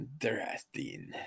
Interesting